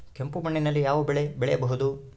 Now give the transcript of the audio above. ಕೆಂಪು ಮಣ್ಣಿನಲ್ಲಿ ಯಾವ ಬೆಳೆ ಬೆಳೆಯಬಹುದು?